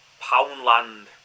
Poundland